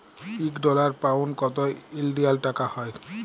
ইক dollar, pound কত ইলডিয়াল টাকা হ্যয়